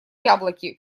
яблоки